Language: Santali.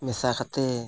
ᱢᱮᱥᱟ ᱠᱟᱛᱮᱫ